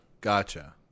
Gotcha